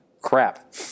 Crap